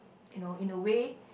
you know in a way